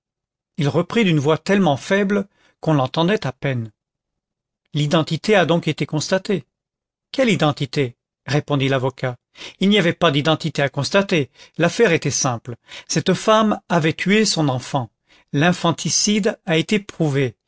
il reprit d'une voix tellement faible qu'on l'entendait à peine l'identité a donc été constatée quelle identité répondit l'avocat il n'y avait pas d'identité à constater l'affaire était simple cette femme avait tué son enfant l'infanticide a été prouvé